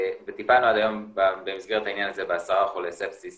וטיפלנו עד היום במסגרת העניין הזה בעשרה חולי ספסיס